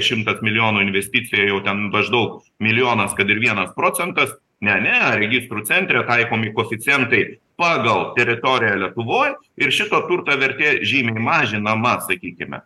šimtas milijonų investicija jau ten maždaug milijonas kad ir vienas procentas ne ne registrų centre taikomi koeficientai pagal teritoriją lietuvoj ir šito turto vertė žymiai mažinama sakykime